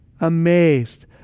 amazed